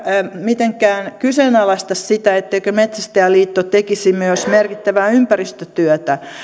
mitenkään kyseenalaista sitä etteikö metsästäjäliitto tekisi myös merkittävää ympäristötyötä